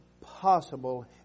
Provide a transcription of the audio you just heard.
possible